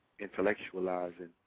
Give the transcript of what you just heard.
intellectualizing